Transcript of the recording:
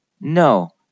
No